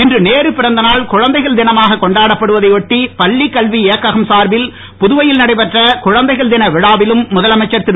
இன்று நேரு பிறந்தநாள் குழந்தைகள் தினமாக கொண்டாடப்படுவதை ஒட்டி பள்ளி கல்வி இயக்ககம் சார்பில் புதுவையில் நடைபெற்ற குழந்தைகள் தின விழாவிலும் முதலமைச்சர் திரு